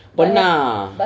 pernah